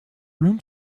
room